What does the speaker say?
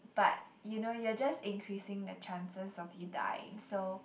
but you know you're just increasing the chances of you dying so